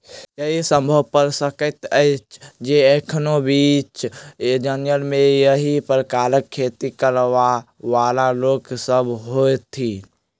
ई संभव भ सकैत अछि जे एखनो बीच जंगल मे एहि प्रकारक खेती करयबाला लोक सभ होथि